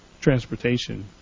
transportation